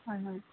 হয় হয়